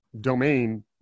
domain